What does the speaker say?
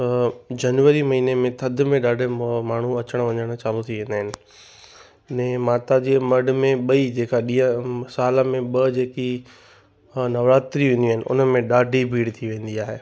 जनवरी महीने में थधि में ॾाढा माण्हू अचण वञण चालू थी वेंदा आहिनि ने माता जे मढ़ में ॿई जेका ॾिया साल में ॿ जेकी नवरात्री ईंदियूं आहिनि हुनमें ॾाढी भीड़ थी वेंदी आहे